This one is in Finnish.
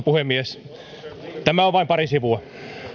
puhemies tämä on vain pari sivua